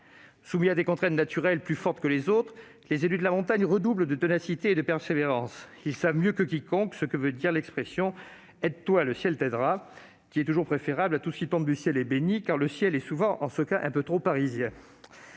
soumis à des contraintes naturelles plus fortes qu'ailleurs, les élus de la montagne redoublent de ténacité et de persévérance. Ils savent mieux que quiconque ce que veut dire le proverbe « Aide-toi, le ciel t'aidera », qui est toujours préférable à « Tout ce qui tombe du ciel est béni », car le ciel est souvent un peu trop parisien